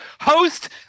host